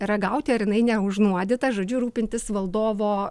ragauti ar jinai neužnuodyta žodžiu rūpintis valdovo